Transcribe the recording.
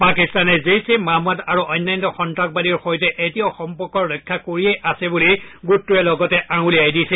পাকিস্তানে জেইছে মহম্মদ আৰু অন্যান্য সন্ত্ৰাসবাদীৰ সৈতে এতিয়াও সম্পৰ্ক ৰক্ষা কৰিয়েই আছে বুলি গোটটোৱে লগতে আঙুলিয়াই দিছে